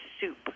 soup